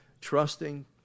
trusting